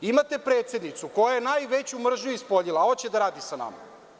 Imate predsednicu koja je najveću mržnju ispoljila, a hoće da radi sa nama.